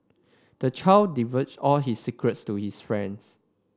the child divulged all his secrets to his friends